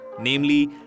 namely